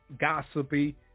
gossipy